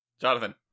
Jonathan